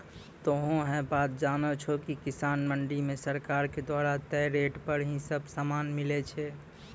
तोहों है बात जानै छो कि किसान मंडी मॅ सरकार के द्वारा तय रेट पर ही सब सामान मिलै छै